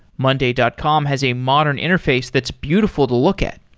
monday dot com has a modern interface that's beautiful to look at.